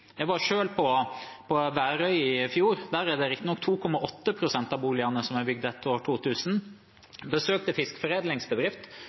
Jeg var selv på Værøy i fjor – der er riktignok 2,8 pst. av boligene bygd etter år 2000 – og besøkte en fiskeforedlingsbedrift, som